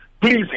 please